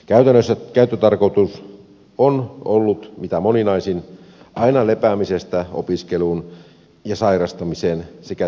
käytännössä käyttötarkoitus on ollut mitä moninaisin aina lepäämisestä opiskeluun ja sairastamiseen sekä työkyvyttömyyden estämiseen